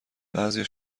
بعضیا